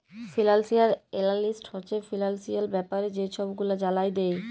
financial analyst হছে financial ব্যাপারে যে ছব গুলা জালায় দেই